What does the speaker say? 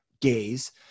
gays